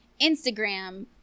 Instagram